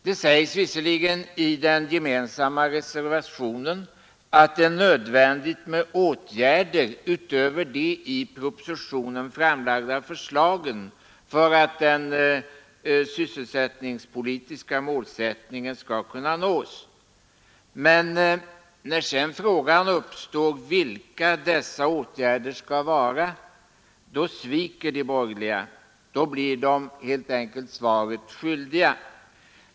Det sägs visserligen i den gemensamma reservationen att det är nödvändigt med åtgärder utöver de i propositionen framlagda förslagen för att den sysselsättningspolitiska målsättningen skall kunna infrias, men när sedan frågan uppstår vilka dessa åtgärder skall vara sviker de borgerliga. Då blir de helt enkelt svaret skyldiga.